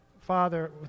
father